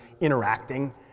interacting